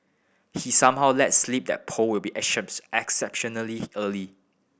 he somehow let slip that poll will be exceptionally early